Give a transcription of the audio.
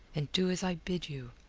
and do as i bid you.